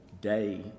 day